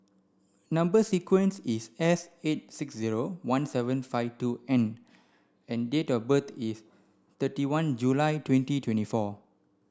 number sequence is S eight six zero one seven five two N and date of birth is thirty one July twenty twenty four